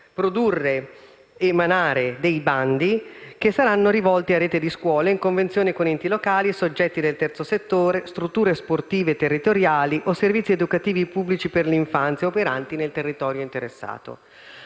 poter emanare dei bandi che saranno rivolti a reti di scuole in convenzione con gli enti locali, soggetti del terzo settore, strutture sportive territoriali, o servizi educativi pubblici per l'infanzia, operanti nel territorio interessato.